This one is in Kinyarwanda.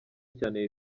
cyane